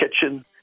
kitchen